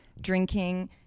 drinking